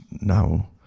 now